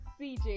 CJ